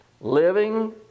living